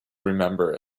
remember